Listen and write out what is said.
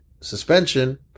suspension